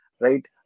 right